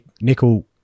nickel